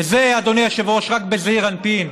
וזה, אדוני היושב-ראש, רק בזעיר אנפין.